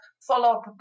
follow-up